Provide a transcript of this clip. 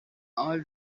all